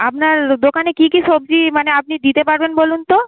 আপনার দোকানে কী কী সবজি মানে আপনি দিতে পারবেন বলুন তো